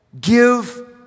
give